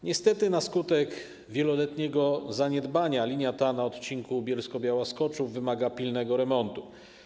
Niestety na skutek wieloletniego zaniedbania linia ta na odcinku Bielsko-Biała - Skoczów wymaga pilnego remontu.